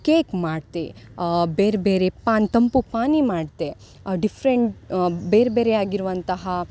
cake ಮಾಡ್ತೆ ಬೇರೆ ಬೇರೆ ಪಾನ್ ತಂಪು ಪಾನೀ ಮಾಡ್ತೆ ಡಿಫ್ರೆಂಟ್ ಬೇರೆ ಬೇರೆ ಆಗಿರುವಂತಹ